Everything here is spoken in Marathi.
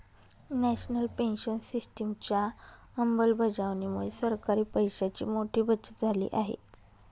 नॅशनल पेन्शन सिस्टिमच्या अंमलबजावणीमुळे सरकारी पैशांची मोठी बचत झाली आहे